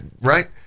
Right